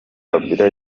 kabila